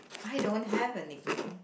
I don't have a nickname